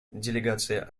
делегация